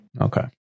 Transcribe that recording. Okay